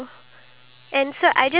ya